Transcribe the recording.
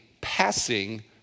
passing